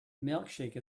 milkshake